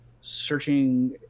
searching